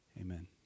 amen